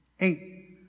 Eight